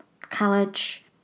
college